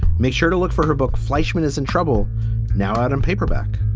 make sure to look for her book. fleischman is in trouble now out in paperback.